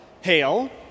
hail